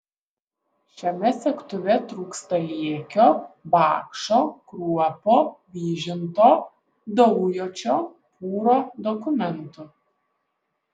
šiame segtuve trūksta liekio bakšo kruopo vyžinto daujočio pūro dokumentų